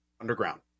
underground